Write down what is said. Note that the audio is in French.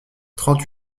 trente